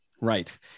Right